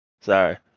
Sorry